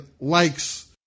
likes